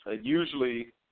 Usually